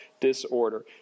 disorder